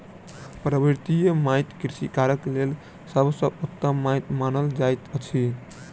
पर्वतीय माइट कृषि कार्यक लेल सभ सॅ उत्तम माइट मानल जाइत अछि